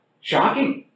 Shocking